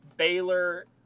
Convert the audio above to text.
Baylor